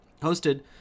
hosted